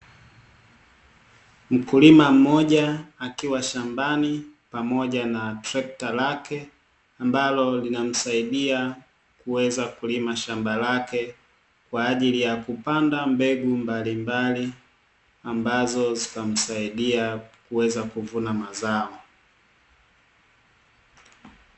Mkulima mmoja akiwa shambani pamoja na trekta lake, ambalo linamsaidia kuweza kulima shamba lake kwa ajili ya kupanda mbegu mbalimbali, ambazo zitamsaidia kuweza kuvuna mazao.